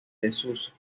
desuso